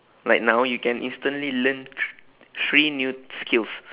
like now you can instantly learn thr~ three new skills